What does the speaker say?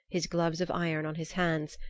his gloves of iron on his hands,